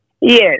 Yes